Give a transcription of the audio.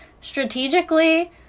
Strategically